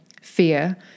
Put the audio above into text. fear